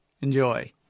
Enjoy